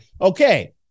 Okay